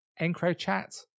EncroChat